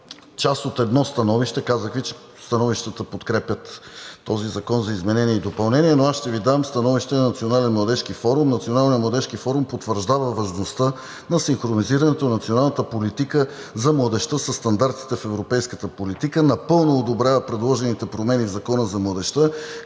част от едно становище. Казах Ви, че становищата подкрепят този закон за изменение и допълнение, но аз ще Ви дам становище на Национален младежки форум. „Националният младежки форум потвърждава важността на синхронизирането на националната политика за младежта със стандартите в европейската политика. Напълно одобрява предложените промени в Закона за младежта,